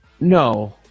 no